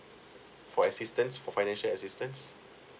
what assistance for financial assistance